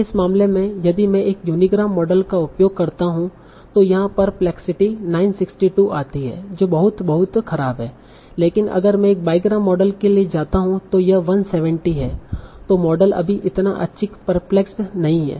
इस मामले में यदि मैं एक यूनिग्राम मॉडल का उपयोग करता हूँ तो यहाँ परप्लेक्सिटी 962 आती है जो बहुत बहुत खराब है लेकिन अगर मैं एक बाईग्राम मॉडल के लिए जाता हूं तो यह 170 है तों मॉडल अभी इतना अधिक पेरप्लेक्सड नहीं है